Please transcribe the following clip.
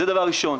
זה דבר ראשון.